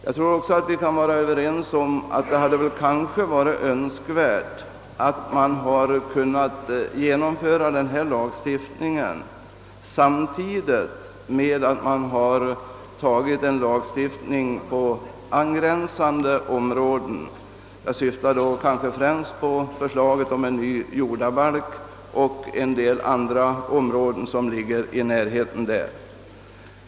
Jag tror också att vi kan vara överens om att det kanske hade varit önskvärt att man hade kunnat genomföra den samtidigt med en lagstiftning på angränsande områden. Jag syftar då främst på förslaget om en ny jordabalk och på en del andra närliggande områden.